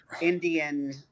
Indian